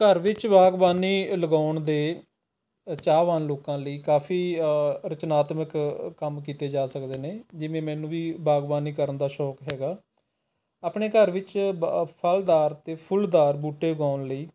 ਘਰ ਵਿੱਚ ਬਾਗਬਾਨੀ ਲਗਾਉਣ ਦੇ ਚਾਹਵਾਨ ਲੋਕਾਂ ਲਈ ਕਾਫ਼ੀ ਰਚਨਾਤਮਕ ਕੰਮ ਕੀਤੇ ਜਾ ਸਕਦੇ ਨੇ ਜਿਵੇਂ ਮੈੇਨੂੰ ਵੀ ਬਾਗਬਾਨੀ ਕਰਨ ਦਾ ਸ਼ੌਂਕ ਹੈਗਾ ਆਪਣੇ ਘਰ ਵਿੱਚ ਬ ਫ਼ਲਦਾਰ ਅਤੇ ਫੁੱਲਦਾਰ ਬੂਟੇ ਉਗਾਉਣ ਲਈ